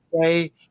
say